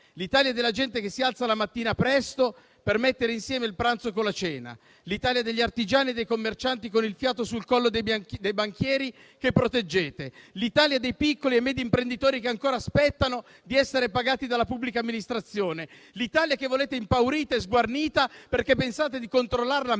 L'Italia della gente che si alza la mattina presto per mettere insieme il pranzo con la cena, l'Italia degli artigiani e dei commercianti con il fiato sul collo dei banchieri che proteggete, l'Italia dei piccoli e medi imprenditori che ancora aspettano di essere pagati dalla pubblica amministrazione, l'Italia che volete impaurita e sguarnita perché pensate di controllarla meglio